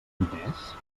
entès